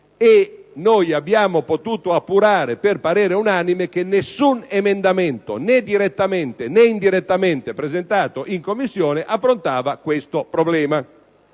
Noi abbiamo potuto appurare per parere unanime che nessun emendamento, né direttamente né indirettamente presentato in Commissione, affrontava questo problema.